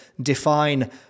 define